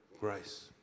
grace